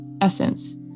essence